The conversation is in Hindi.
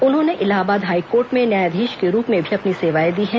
उन्होंने इलाहाबाद हाईकोर्ट में न्यायाधीश के रूप में भी अपनी सेवाएं दी हैं